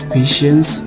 patience